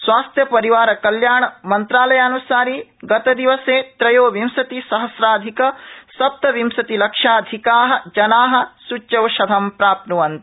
स्वास्थ्यपरिवार कल्याणंमंत्रालयान्सारि गतदिवसे त्रयोविंशति सहस्राधिक सप्तविंशति लक्षाधिका जना सूच्यौषधं प्राप्न्वन्त